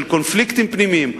של קונפליקטים פנימיים,